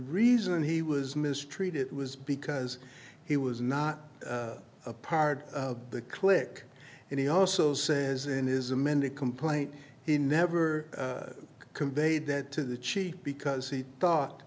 reason he was mistreated was because he was not a part of the clinic and he also says in his amended complaint he never conveyed that to the chief because he thought